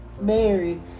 married